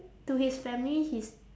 to his family he's